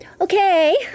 Okay